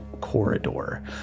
corridor